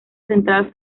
central